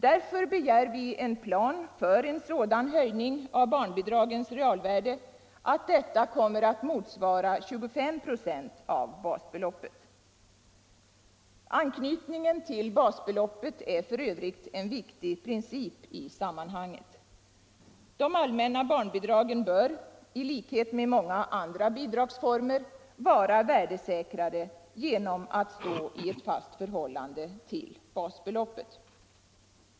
Därför begär vi en plan för en sådan höjning av barnbidragens realvärde att bidragen kommer att motsvara 25 96 av basbeloppet. Anknytningen till basbeloppet är f. ö. en viktig princip i sammanhanget. De allmänna barnbidragen bör i likhet med många andra bidragsformer vara värdesäkrade genom att stå i ett fast förhållande till basbeloppet.